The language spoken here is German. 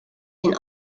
den